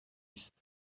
است